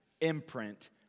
imprint